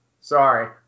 sorry